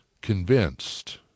convinced